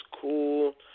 cool